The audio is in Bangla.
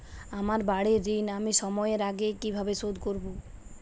আমার বাড়ীর ঋণ আমি সময়ের আগেই কিভাবে শোধ করবো?